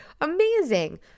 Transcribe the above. amazing